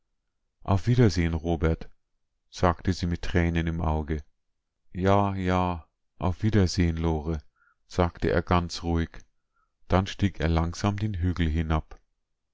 auf wiedersehen robert sagte sie mit tränen im auge ja ja auf wiedersehen lore sagte er ganz ruhig dann stieg er langsam den hügel hinab